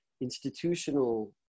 institutional